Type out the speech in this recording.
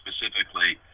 specifically